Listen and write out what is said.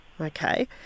okay